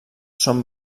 són